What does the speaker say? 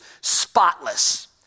spotless